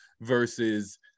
versus